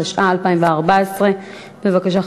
התשע"ה 2014. בבקשה,